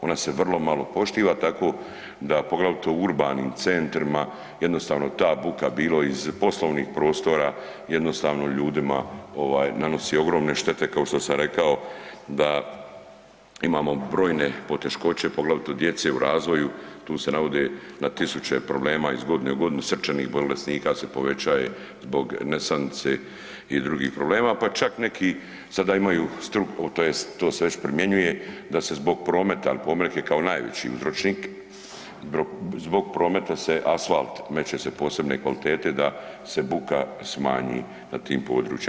Ona se vrlo malo poštiva, tako da poglavito u urbanim centrima jednostavno ta buka bilo iz poslovnih prostora jednostavno ljudima ovaj nanosi ogromne štete kao što sam rekao da imamo brojne poteškoće poglavito djece u razvoju, tu se navode na tisuće problema iz godine u godinu, srčanih bolesnika se povećaje zbog nesanice i drugih problema, pa čak neki sada imaju tj. to se već primjenjuje da se zbog prometa, jel promet je kao najveći uzročnik, zbog prometa se asfalt meće se posebne kvalitete da se buka smanji na tim područjima.